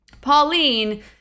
Pauline